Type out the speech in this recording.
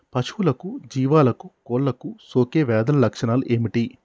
పశువులకు జీవాలకు కోళ్ళకు సోకే వ్యాధుల లక్షణాలు ఏమిటి?